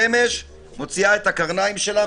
השמש מוציאה את הקרניים שלה,